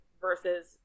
versus